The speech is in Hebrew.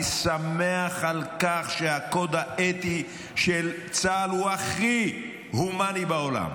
אני שמח על כך שהקוד האתי של צה"ל הוא הכי הומני בעולם,